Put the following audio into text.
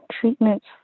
treatments